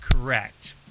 Correct